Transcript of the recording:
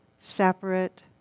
separate